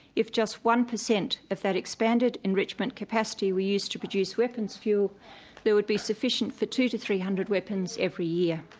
if just one percent of that expanded enrichment capacity were used to produce weapons fuel there would be sufficient for two to three hundred weapons every year.